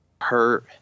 hurt